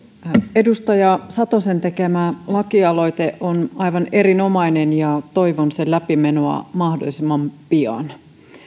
edustaja satosen tekemä lakialoite on aivan erinomainen ja toivon sen läpimenoa mahdollisimman pian